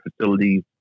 facilities